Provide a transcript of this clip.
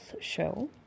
show